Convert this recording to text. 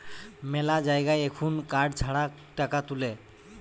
মেলা জায়গায় এখুন কার্ড ছাড়া টাকা তুলে